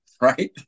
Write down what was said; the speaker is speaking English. right